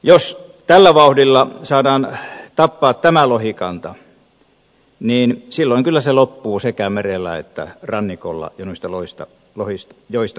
jos tällä vauhdilla saadaan tappaa tämä lohikanta niin silloin kyllä loppuu sekä merellä että rannikolla ja noista joista tuo kanta